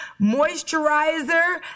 moisturizer